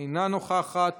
אינה נוכחת,